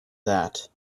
that